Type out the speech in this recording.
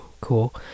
cool